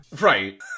Right